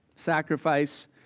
sacrifice